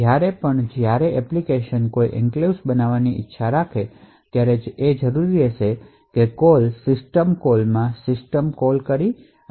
જ્યારે પણ એપ્લિકેશન કોઈ એન્ક્લેવ્સ બનાવવાની ઇચ્છા રાખે ત્યારે તે જરૂરી રહેશે કે તે સિસ્ટમ કોલ કરે